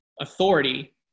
authority